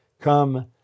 come